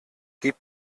gib